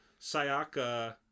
Sayaka